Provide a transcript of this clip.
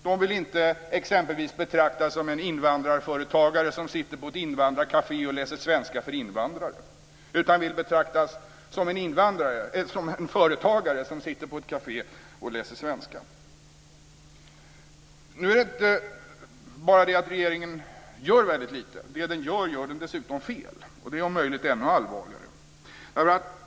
De vill exempelvis inte betraktas som invandrarföretagare som sitter på ett invandrarkafé och läser svenska för invandrare utan vill betraktas som företagare som sitter på ett kafé och läser svenska. Nu är det inte bara det att regeringen gör väldigt lite. Det som den gör gör den dessutom fel, och det är om möjligt ännu allvarligare.